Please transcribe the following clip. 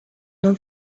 nos